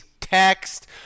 text